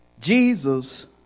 Jesus